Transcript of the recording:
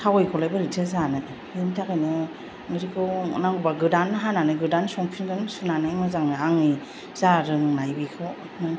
थावैखौलाय बोरैथो जानो बेनि थाखायनो मैगंखौ नांगौब्ला गोदान हानानै गोदान संफिनगोन सुनानै मोजाङै आंनि जा रोंनाय बैखौ